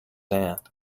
aunt